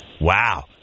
wow